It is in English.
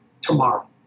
tomorrow